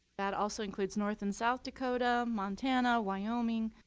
that also includes north and south dakota, montana, wyoming,